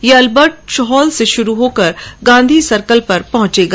यह Albert Hall से शुरू होकर गांधी सर्किल पर पहंचेगा